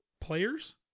players